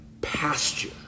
pasture